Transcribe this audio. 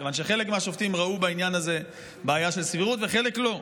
כיוון שחלק מהשופטים ראו בעניין הזה בעיה של סבירות וחלק לא.